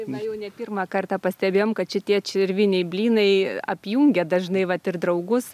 na jau ne pirmą kartą pastebėjome kad šitie čirviniai blynai apjungia dažnai vat ir draugus